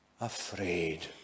afraid